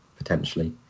Potentially